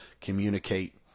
communicate